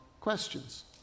questions